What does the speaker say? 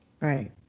right